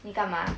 你干嘛